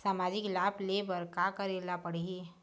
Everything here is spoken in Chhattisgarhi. सामाजिक लाभ ले बर का करे ला पड़ही?